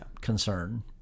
concern